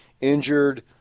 Injured